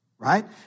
Right